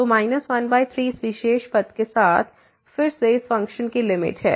तो 13 इस विशेष पथ के साथ फिर से इस फ़ंक्शन की लिमिट है